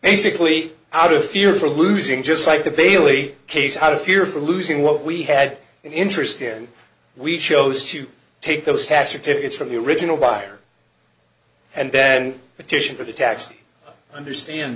basically out of fear for losing just like the bailey case out of fear for losing what we had an interest in we chose to take the stature to its from the original buyer and then petition for the taxi understand